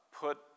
put